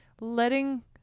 letting